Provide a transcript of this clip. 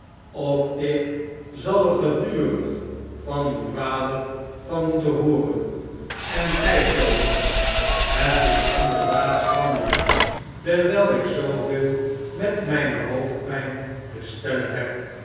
of ik zal er gedurig van uw vader van moeten hooren en gij thomas het is inderdaad schandelijk terwijl ik zooveel met mijne hoofdpijn te stellen heb